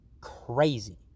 crazy